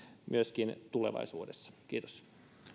myöskin tulevaisuudessa kiitos